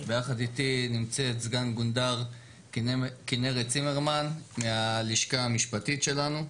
ביחד איתי נמצאת סגן גונדר כנרת צימרמן מהלשכה המשפטית שלנו.